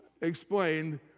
explained